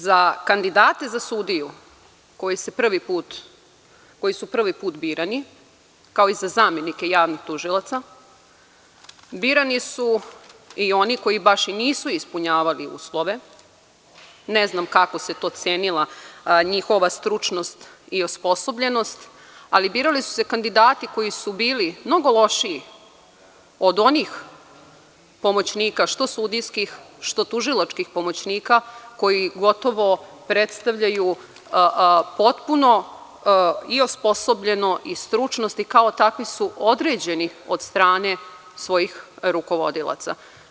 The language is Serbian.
Za kandidate za sudiju koji su prvi put birani kao i za zamenike javnih tužilaca birani su i oni koji baš i nisu ispunjavali uslove, ne znam kako se to cenilo, njihova stručnost i osposobljenost, ali birali su se kandidati koji su bili mnogo lošiji od onih pomoćnika što sudijskih što tužilačkih pomoćnika koji gotovo predstavljaju potpuno i osposobljeno i stručnosti kao takvi su određeni od strane svojih rukovodilaca.